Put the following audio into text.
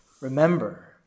Remember